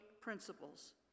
principles